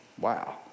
Wow